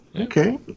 okay